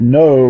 no